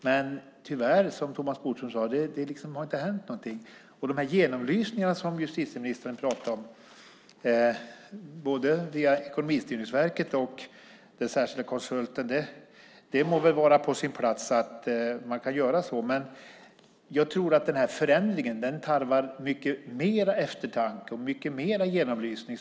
Men tyvärr har det inte hänt någonting, som Thomas Bodström sade. Justitieministern talade om genomlysningar, både via Ekonomistyrningsverket och via den särskilda konsulten. Det må väl vara på sin plats att man kan göra så. Men jag tror att denna förändring tarvar mycket mer eftertanke och mycket mer genomlysning.